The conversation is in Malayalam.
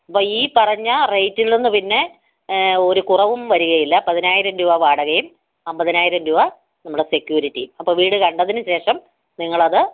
ഈ പറഞ്ഞ റേറ്റിൽ നിന്ന് പിന്നെ ഒരു കുറവും വരികയില്ല പതിനായിരം രൂപ വാടകയും അമ്പതിനായിരം രൂപ നമ്മുടെ സെക്യൂരിറ്റിയും അപ്പം വീട് കണ്ടതിന് ശേഷം നിങ്ങളത്